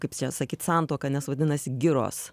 kaip čia sakyt santuoką nes vadinasi giros